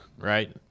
right